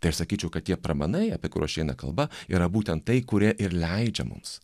tai aš sakyčiau kad tie pramanai apie kuriuos čia eina kalba yra būtent tai kurie ir leidžia mums